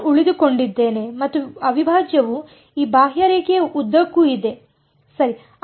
ನಾನು ಉಳಿದುಕೊಂಡಿದ್ದೇನೆ ಮತ್ತು ಅವಿಭಾಜ್ಯವು ಈ ಬಾಹ್ಯರೇಖೆಯ ಉದ್ದಕ್ಕೂ ಇದೆ ಸರಿ